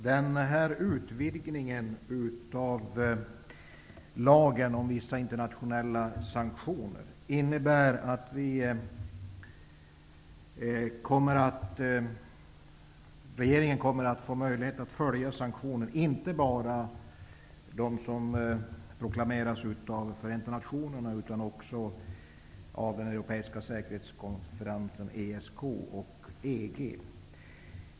Fru talman! Utvidgningen av lagen om vissa internationella sanktioner innebär att regeringen kommer att få möjlighet att följa inte bara de sanktioner som proklameras av Förenta nationerna utan också de som proklameras av ESK och EG.